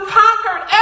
conquered